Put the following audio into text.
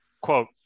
quote